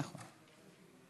נכון.